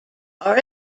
are